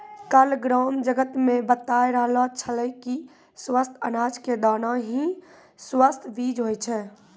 काल ग्राम जगत मॅ बताय रहलो छेलै कि स्वस्थ अनाज के दाना हीं स्वस्थ बीज होय छै